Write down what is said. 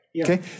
Okay